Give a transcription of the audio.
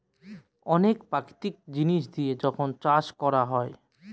অনেক প্রাকৃতিক জিনিস দিয়ে যখন চাষ করা হয়